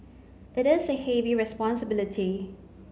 it is a heavy responsibility